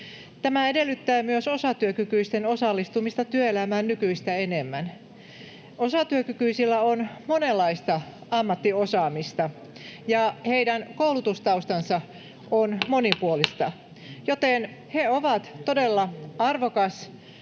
Tämä edellyttää myös osatyökykyisten osallistumista työelämään nykyistä enemmän. Osatyökykyisillä on monenlaista ammattiosaamista, ja heidän koulutustaustansa on monipuolista, [Hälinää — Puhemies